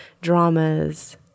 dramas